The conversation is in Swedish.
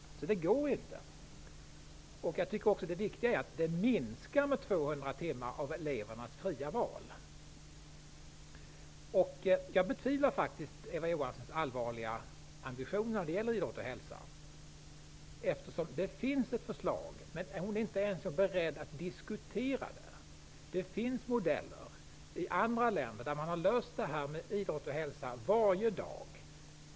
Därför kan jag inte stödja detta förslag. Det viktiga i sammanhanget är att förslaget innebär en minskning med 200 timmar av elevernas egna val. Jag betvivlar faktiskt att Eva Johansson har allvarliga ambitioner när det gäller idrott och hälsa. Det finns ju ett förslag som hon inte ens är beredd att diskutera. Det finns modeller i andra länder som innebär att man har idrott och hälsa varje dag.